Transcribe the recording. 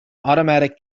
automatic